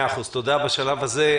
תודה, בשלב הזה.